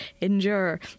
Endure